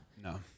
No